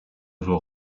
vaut